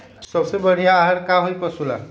सबसे बढ़िया आहार का होई पशु ला?